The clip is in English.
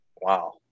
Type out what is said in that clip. Wow